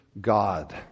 god